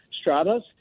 stratas